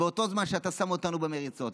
באותו זמן שאתה שם אותנו במריצות.